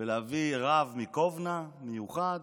ולהביא רב מקובנה במיוחד